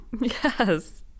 Yes